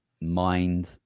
mind